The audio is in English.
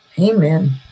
Amen